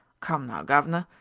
come now, guvner,